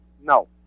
No